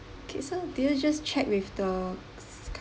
okay so do you just check with the